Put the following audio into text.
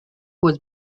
was